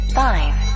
five